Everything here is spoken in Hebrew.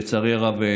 לצערי הרב,